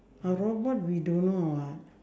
a robot we don't know [what]